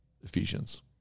Ephesians